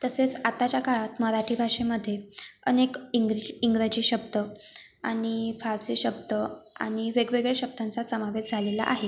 तसेच आताच्या काळात मराठी भाषेमध्ये अनेक इंग्रि इंग्रजी शब्द आणि फार्सी शब्द आणि वेगवेगळ्या शब्दांचा समावेश झालेला आहे